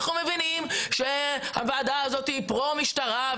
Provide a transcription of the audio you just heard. אנחנו מבינים שהוועדה הזאת היא פרו משטרה,